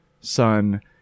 son